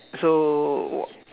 so